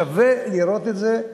שווה לראות את זה.